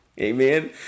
Amen